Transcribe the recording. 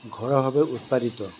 ঘৰুৱাভাৱে উৎপাদিত